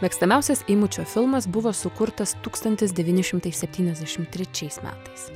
mėgstamiausias eimučio filmas buvo sukurtas tūkstantis devyni šimtai septyniasdešimt trečiais metais